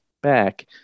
back